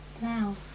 now